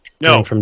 No